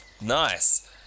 nice